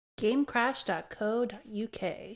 Gamecrash.co.uk